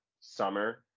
summer